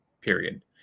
period